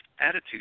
attitude